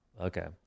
Okay